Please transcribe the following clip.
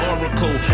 Oracle